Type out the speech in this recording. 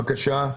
בבקשה.